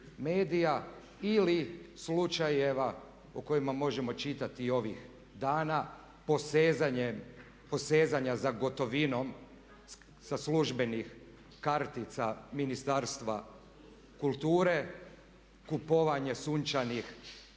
ili slučajeva o kojima možemo čitati ovih dana posezanja za gotovinom sa službenih kartica Ministarstva kulture, kupovanje sunčanih